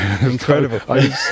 Incredible